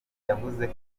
yavuze